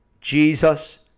Jesus